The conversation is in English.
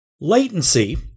Latency